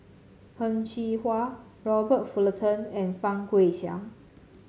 Heng Cheng Hwa Robert Fullerton and Fang Guixiang